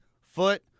foot